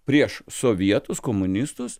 prieš sovietus komunistus